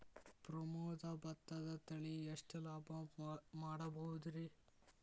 ಪ್ರಮೋದ ಭತ್ತದ ತಳಿ ಎಷ್ಟ ಲಾಭಾ ಮಾಡಬಹುದ್ರಿ?